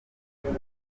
trump